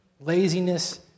laziness